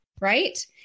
Right